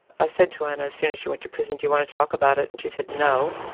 i said to anna as soon as she went to prison, do you want to talk about it? and she said, no.